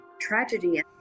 tragedy